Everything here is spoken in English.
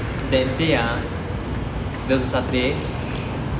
that day ah that was a saturday